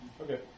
Okay